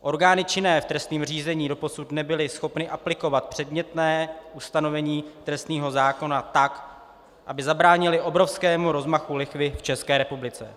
Orgány činné v trestním řízení doposud nebyly schopny aplikovat předmětné ustanovení trestního zákona tak, aby zabránily obrovskému rozmachu lichvy v České republice.